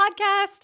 podcast